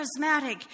charismatic